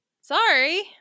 Sorry